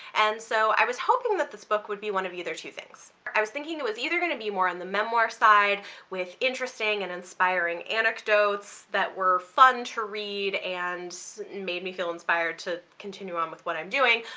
and so i was hoping that this book would be one of either two things i was thinking it was either going to be more on the memoir side with interesting and inspiring anecdotes that were fun to read and made me feel inspired to continue on with what i'm doing,